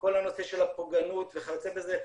כל הנושא של הפוגענות וכיוצא בזה,